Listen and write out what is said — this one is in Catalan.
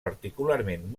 particularment